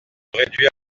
réduire